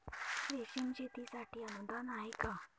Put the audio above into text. रेशीम शेतीसाठी अनुदान आहे का?